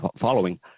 following